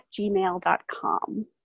gmail.com